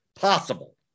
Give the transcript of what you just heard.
possible